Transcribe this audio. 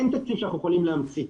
אין תקציב שאנחנו יכולים להמציא.